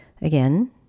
Again